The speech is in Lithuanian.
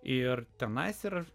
ir temas ir